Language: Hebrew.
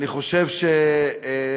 אני חושב שידוע,